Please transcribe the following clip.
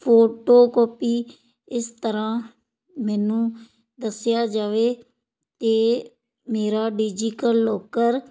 photo copy ਇਸ ਤਰਾਂ ਮੈਨੂੰ ਦੱਸਿਆ ਜਾਵੇ ਇਹ ਮੇਰਾ ਡਿਜੀਕਲ ਲੋਕਰ